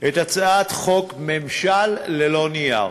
את הצעת חוק ממשל ללא נייר.